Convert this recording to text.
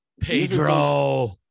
Pedro